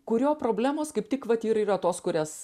kurio problemos kaip tik vat ir yra tos kurias